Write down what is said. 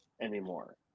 anymore